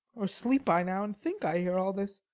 or sleep i now, and think i hear all this?